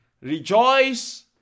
Rejoice